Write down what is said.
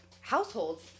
households